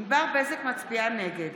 (קוראת בשמות חברי הכנסת) ענבר בזק, נגד